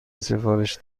سفارش